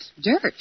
Dirt